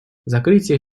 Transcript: закрытие